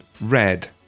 Red